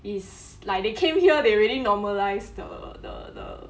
is like they came here they really normalise the the the